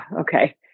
okay